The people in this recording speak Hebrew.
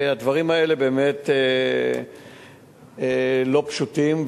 הדברים האלה באמת לא פשוטים,